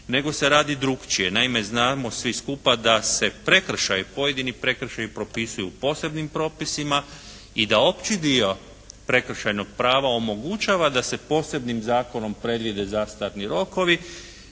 nego se radi drukčije. Naime, znamo svi skupa da se prekršaji, pojedini prekršaji propisuju posebnim propisima i da opći dio prekršajnog prava omogućava da se posebnim zakonom predvide zastarni rokovi.